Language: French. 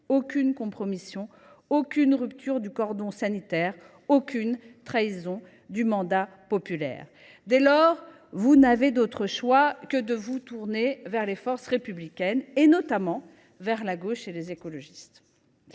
aucune compromission, aucune rupture du cordon sanitaire, aucune trahison du mandat populaire. Dès lors, vous n’avez d’autre choix que de vous tourner vers les forces républicaines, notamment vers la gauche et les écologistes.